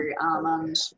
almond